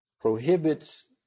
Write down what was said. prohibits